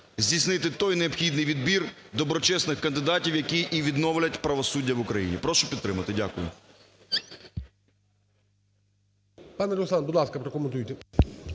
здійснити той необхідний відбір доброчесних кандидатів, які і відновлять правосуддя в Україні. Прошу підтримати. Дякую.